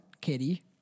Kitty